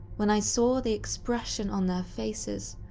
when i saw the expression on their faces,